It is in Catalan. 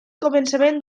començament